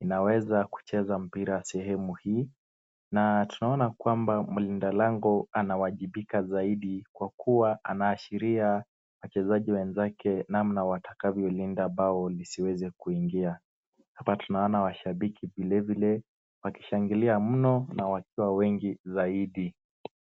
inaweza kucheza mpira sehemu hii. Na tunaona kwamba mlindalango anawajibika zaidi kwa kuwa, anaashiria wachezaji wenzake namna watakwavyo lenga bao lisiweze kuingia. Hapa tunaona washabiki vile vile wakishangilia mno na wakiwa wengi zaidi.